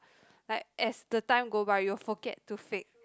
like as the time go by you will forget to fake